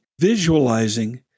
visualizing